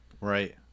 Right